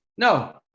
No